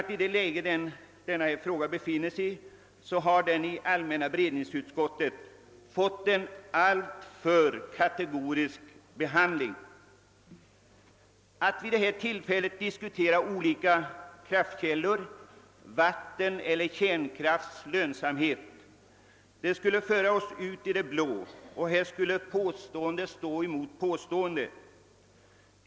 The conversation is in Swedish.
I det läge där denna fråga befinner sig har den i allmänna beredningsutskottet fått en alltför kategorisk behandling. Att vid detta tillfälle diskutera olika kraftkällor, vatteneller kärnkrafts lönsamhet o. s. v. skulle föra oss ut i det blå. Här skulle påstående stå mot påstående.